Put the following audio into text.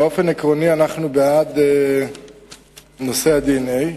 באופן עקרוני אנחנו בעד נושא ה-DNA,